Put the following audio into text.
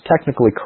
technically